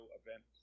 event